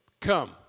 come